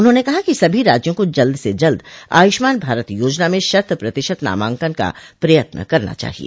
उन्होंने कहा कि सभी राज्यों को जल्द से जल्द आयुष्मान भारत योजना में शत प्रतिशत नामांकन का प्रयत्न करना चाहिए